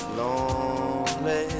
lonely